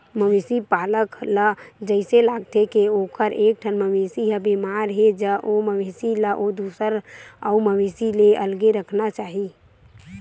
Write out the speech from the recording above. मवेशी पालक ल जइसे लागथे के ओखर एकठन मवेशी ह बेमार हे ज ओ मवेशी ल दूसर अउ मवेशी ले अलगे राखना चाही